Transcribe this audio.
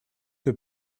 que